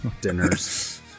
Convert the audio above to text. dinner's